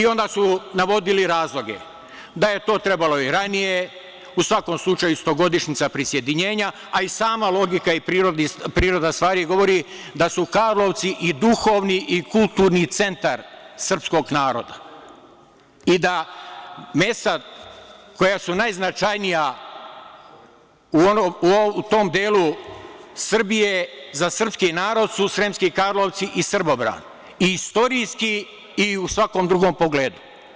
Onda su navodili razloge, da je to trebalo ranije, u svakom slučaju stogodišnjica prisajedinjenja, a i sama logika i priroda stvari govori da su Karlovci i duhovni i kulturni centar srpskog naroda, i da mesta koja su najznačajnija u tom delu Srbije za srpski narod su Sremski Karlovci i Srbobran i istorijski i u svakom drugom pogledu.